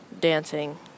dancing